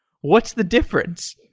what's the difference?